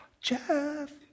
Jeff